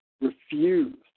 refused